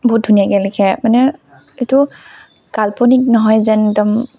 বহুত ধুনীয়াকৈ লিখে মানে এইটো কাল্পনিক নহয় যেন একদম